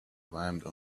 climbed